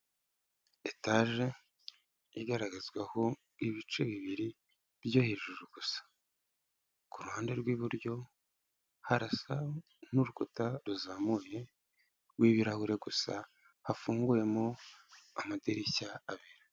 Etaje igaragazwaho ibice bibiri byo hejuru gusa, ku ruhande rw'iburyo harasa n'urukuta ruzamuye rw'ibirahure gusa hafunguyemo amadirishya abiri.